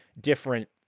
different